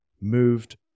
moved